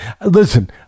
Listen